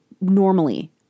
normally